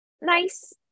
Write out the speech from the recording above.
nice